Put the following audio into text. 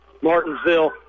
Martinsville